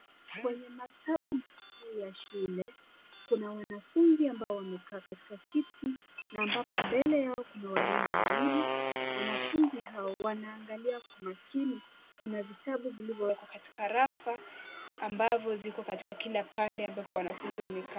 Kwenye maktaba mkuu ya shule kuna wanafunzi ambao wamekaa katika kiti na ambapo mbele yao kuna walimu wawili. Wanafunzi hao wanaangalia kwa makini. Kuna vitabu vilivyowekwa katika rafa ambavyo ziko katika kila pande ambapo wanafunzi wamekaa.